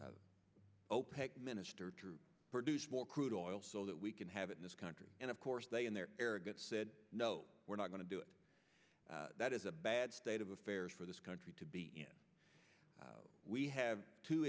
opec minister to produce more crude oil so that we can have it in this country and of course they in their arrogance said no we're not going to do it that is a bad state of affairs for this country to be in we have two